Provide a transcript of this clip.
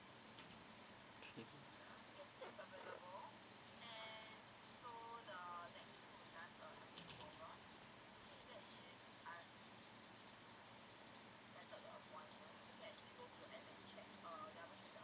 okay